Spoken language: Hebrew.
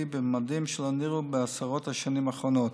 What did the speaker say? בממדים שלא נראו בעשרות השנים האחרונות.